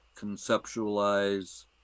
conceptualize